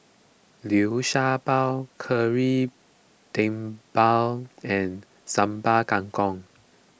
Liu Sha Bao Kari Debal and Sambal Kangkong